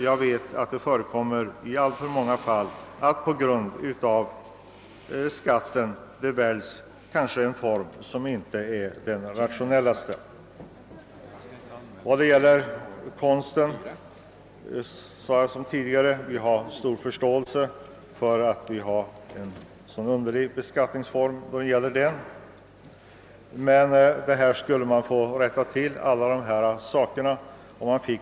Jag vet att det i alltför många fall förekommer att det på grund av skatten väljs en form som inte är den rationellaste. Vad beträffar konsten har vi, som jag sade tidigare, stor förståelse för motionen beroende på att vi har en så egendomlig beskattningsform i fråga om konst.